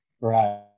Right